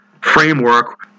framework